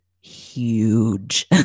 huge